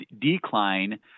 decline